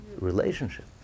relationship